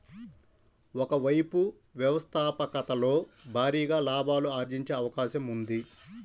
ఒక వైపు వ్యవస్థాపకతలో భారీగా లాభాలు ఆర్జించే అవకాశం ఉంది